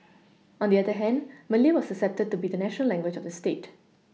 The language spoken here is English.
on the other hand Malay was accepted to be the national language of the state